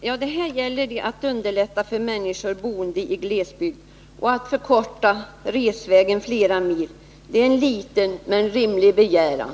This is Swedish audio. Herr talman! Här gäller det att underlätta för människor, som bor i glesbygd, genom att förkorta resvägen med flera mil. Det är en liten men rimlig begäran.